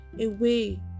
away